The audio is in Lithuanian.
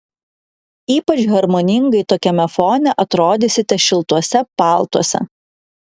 ypač harmoningai tokiame fone atrodysite šiltuose paltuose